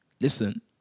listen